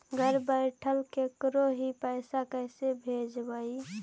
घर बैठल केकरो ही पैसा कैसे भेजबइ?